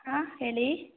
ಹಾಂ ಹೇಳಿ